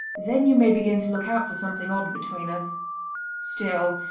then you may begin to look out for something odd between us still,